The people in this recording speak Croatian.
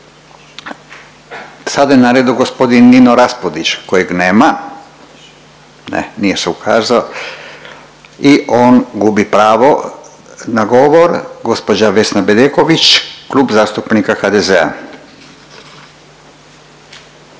Sada je na redu g. Nino Raspudić kojeg nema, ne, nije se ukazao i on gubi pravo na govor. Gđa Vesna Bedeković, Klub zastupnika HDZ-a.